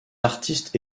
artistes